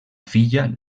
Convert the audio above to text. filla